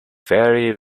very